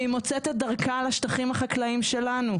והיא מוצאת את דרכה לשטחים החקלאיים שלנו.